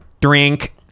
drink